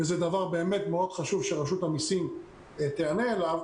וזה דבר חשוב מאוד שרשות המסים תיענה לו,